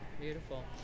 Beautiful